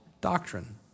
doctrine